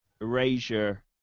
Erasure